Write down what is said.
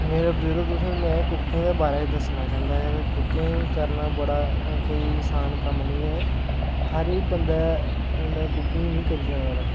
मेरे बीरो तुसें ई में कुकिंग दे बारे च दसना चाहंदा ऐ कुकिंग करना बड़ा कोई आसान कम्म निं ऐ हर इक बंदे कुकिंग निं करी सकदा बंदा